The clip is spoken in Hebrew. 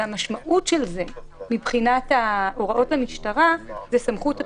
המשמעות של זה מבחינת הוראת המשטרה היא סמכות הפיזור.